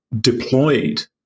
deployed